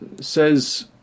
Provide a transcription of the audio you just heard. says